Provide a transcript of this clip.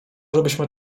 żebyśmy